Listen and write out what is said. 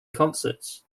concerts